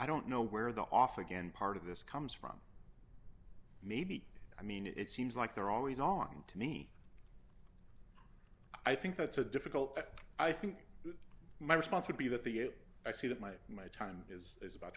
i don't know where the off again part of this comes from maybe i mean it seems like they're always on to me i think that's a difficult that i think my response would be that the i see that my my time is is about